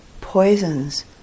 poisons